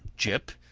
jip,